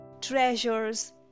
treasures